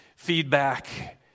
feedback